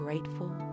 Grateful